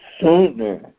sooner